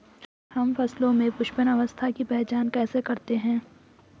हम फसलों में पुष्पन अवस्था की पहचान कैसे करते हैं?